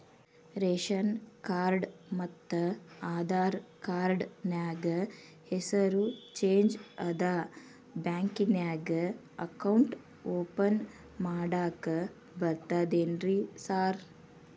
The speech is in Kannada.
ರೇಶನ್ ಕಾರ್ಡ್ ಮತ್ತ ಆಧಾರ್ ಕಾರ್ಡ್ ನ್ಯಾಗ ಹೆಸರು ಚೇಂಜ್ ಅದಾ ಬ್ಯಾಂಕಿನ್ಯಾಗ ಅಕೌಂಟ್ ಓಪನ್ ಮಾಡಾಕ ಬರ್ತಾದೇನ್ರಿ ಸಾರ್?